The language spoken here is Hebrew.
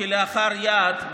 כלאחר יד,